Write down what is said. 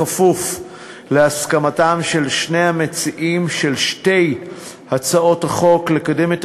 בכפוף להסכמתם של שני המציעים של שתי הצעות החוק לקדם את